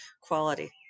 quality